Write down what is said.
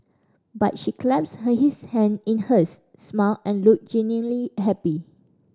but she clasped his hand in hers smiled and looked genuinely happy